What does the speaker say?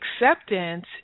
acceptance